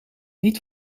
niet